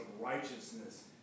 righteousness